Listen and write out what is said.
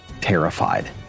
terrified